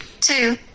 Two